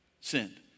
sinned